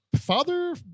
father